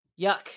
Yuck